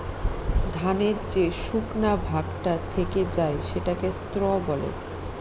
ধানের যে শুকনা ভাগটা থেকে যায় সেটাকে স্ত্র বলে